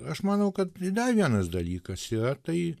aš manau kad i dar vienas dalykas yra tai